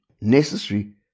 necessary